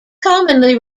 commonly